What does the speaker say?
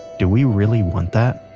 do we really want that?